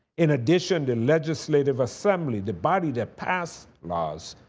in addition, the legislative assembly, the body that passed laws,